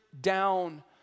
down